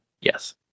yes